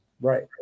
Right